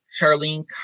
Charlene